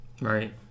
Right